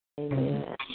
Amen